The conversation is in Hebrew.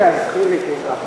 אוקיי, אז חיליק יתחיל.